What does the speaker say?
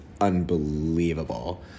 unbelievable